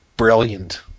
Brilliant